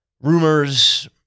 rumors